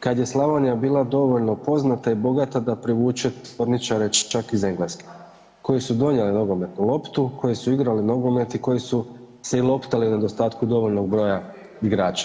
kad je Slavonija bila dovoljno poznata i bogata da privuče … [[Govornik se ne razumije]] čak iz Engleske koji su donijeli nogometnu loptu, koji su igrali nogomet i koji se i loptali u nedostatku dovoljnog broja igrača.